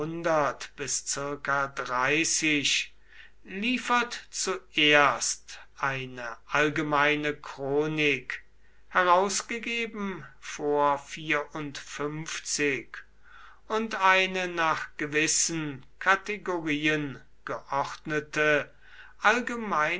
liefert zuerst eine allgemeine chronik herausgegeben vor und eine nach gewissen kategorien geordnete